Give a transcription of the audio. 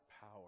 power